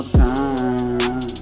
time